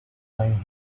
find